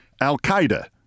al-Qaeda